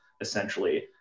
essentially